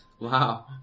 Wow